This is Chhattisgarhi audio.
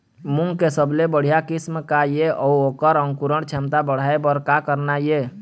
मूंग के सबले बढ़िया किस्म का ये अऊ ओकर अंकुरण क्षमता बढ़ाये बर का करना ये?